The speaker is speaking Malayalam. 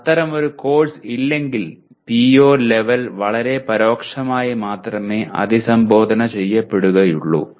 എന്നാൽ അത്തരമൊരു കോഴ്സ് ഇല്ലെങ്കിൽ PO ലെവൽ വളരെ പരോക്ഷമായി മാത്രമേ അഭിസംബോധന ചെയ്യപ്പെടുകയുള്ളൂ